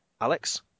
Alex